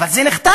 אבל זה נכתב,